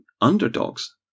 Underdogs